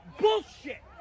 bullshit